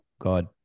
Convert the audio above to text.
God